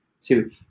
two